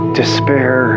despair